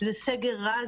זה סגר רע,